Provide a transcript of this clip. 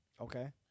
Okay